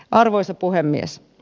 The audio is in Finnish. arvoisa puhemies